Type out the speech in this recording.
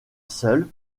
seule